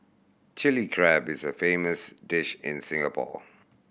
Chilli Crab is a famous dish in Singapore